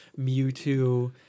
Mewtwo